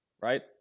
right